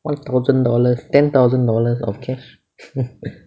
one thousand dollars ten thousand dollars of cash